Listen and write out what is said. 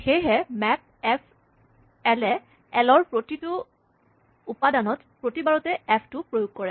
সেয়েহে map F L A L ৰ প্ৰতিটো উপাদানত প্ৰতিবাৰতে এফ টো প্ৰয়োগ কৰে